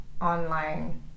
online